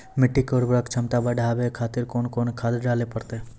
मिट्टी के उर्वरक छमता बढबय खातिर कोंन कोंन खाद डाले परतै?